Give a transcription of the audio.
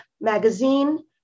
Magazine